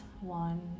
one